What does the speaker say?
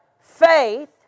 Faith